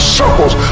circles